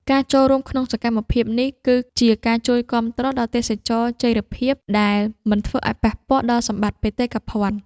ការចូលរួមក្នុងសកម្មភាពនេះ គឺជាការជួយគាំទ្រដល់ទេសចរណ៍ចីរភាពដែលមិនធ្វើឱ្យប៉ះពាល់ដល់សម្បត្តិបេតិកភណ្ឌ។